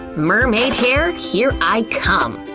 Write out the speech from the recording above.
mermaid hair, here i come!